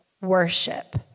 worship